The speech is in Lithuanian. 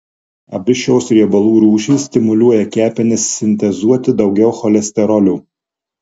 abi šios riebalų rūšys stimuliuoja kepenis sintezuoti daugiau cholesterolio